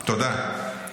תודה.